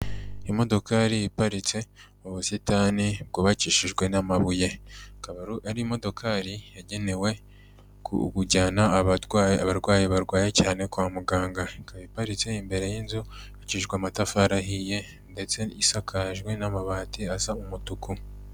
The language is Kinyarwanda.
Imodokari iparitse mu busitani bwubakishijwe n'amabuye akaba ari imodokari yagenewe kujyana abadwa abarwayi barwaye cyane kwa muganga ikaba iparitse imbere y'inzu yubakishijwe amatafari ahiye ndetse isakajwe n'amabati asa umutuku.